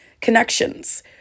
connections